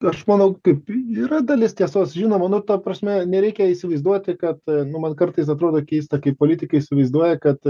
aš manau kaip yra dalis tiesos žinoma nu ta prasme nereikia įsivaizduoti kad nu man kartais atrodo keista kai politikai įsivaizduoja kad